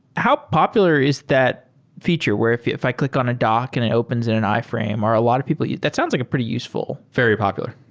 how popular is that feature where if if i click on a doc and it opens in an iframe, or a lot of people yeah that sounds like pretty useful very popular.